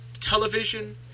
television